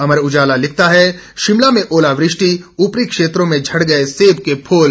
अमर उजाला लिखता है शिमला में ओलावृष्टि ऊपरी क्षेत्रों में झड़ गए सेब के फूल